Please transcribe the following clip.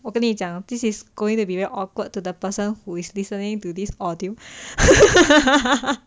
我跟你讲 this is going to be very awkward to the person who is listening to this audio